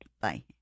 Bye